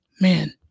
Man